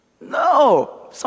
No